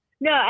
No